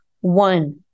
one